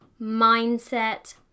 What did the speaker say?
Mindset